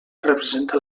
representa